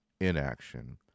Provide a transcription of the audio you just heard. inaction